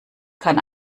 kann